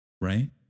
Right